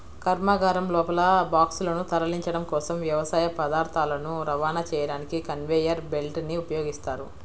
కర్మాగారం లోపల బాక్సులను తరలించడం కోసం, వ్యవసాయ పదార్థాలను రవాణా చేయడానికి కన్వేయర్ బెల్ట్ ని ఉపయోగిస్తారు